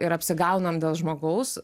ir apsigaunam dėl žmogaus